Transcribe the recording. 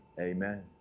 amen